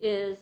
is